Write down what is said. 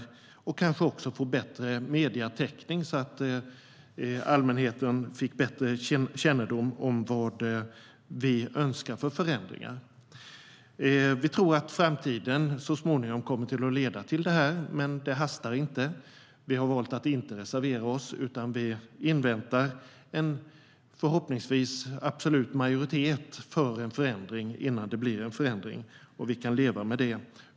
Vi skulle kanske också få bättre medietäckning så att allmänheten fick bättre kännedom om vad vi önskar för förändringar. Vi tror att utvecklingen så småningom kommer att leda till detta, men det hastar inte. Vi har valt att inte reservera oss, utan vi inväntar en förhoppningsvis absolut majoritet för en förändring innan det blir en förändring. Vi kan leva med det.